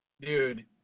Dude